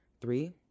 Three